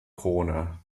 krone